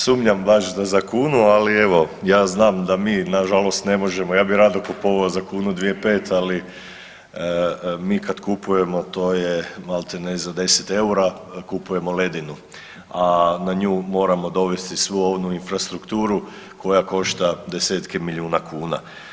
Da, sumnjam baš da za kunu, ali evo ja znam da mi nažalost ne možemo, ja bi rado kupovao za kunu, dvije, pet, ali mi kad kupujemo to je maltene za 10 EUR-a, kupujemo ledinu, a na nju moramo dovesti svu onu infrastrukturu koja košta desetke milijuna kuna.